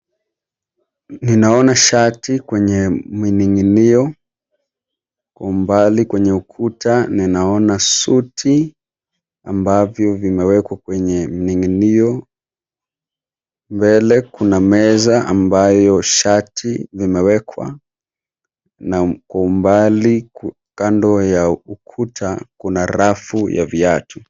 Ninaona shati kwenye mining'inio kwa umbali. Kwenye ukuta niaona suti ambavyo vimewekwa kwenye mning'inio. Mbele kuna meza amabayo shati imewekwa na kwa umbali kando ya ukuta kuna rafu ya viatu.